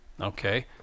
Okay